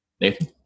Nathan